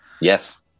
Yes